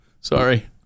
Sorry